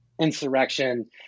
insurrection